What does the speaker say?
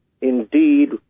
indeed